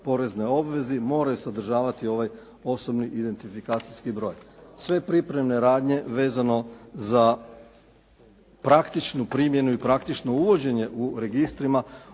poreznoj obvezi moraju sadržavati ovaj osobni identifikacijski broj. Sve pripremne radnje vezano za praktičnu primjenu i praktično uvođenje u registrima